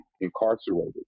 incarcerated